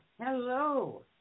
Hello